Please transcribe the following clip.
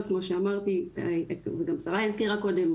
כמו שאמרתי וכמו שגם שריי הזכירה קודם,